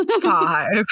Five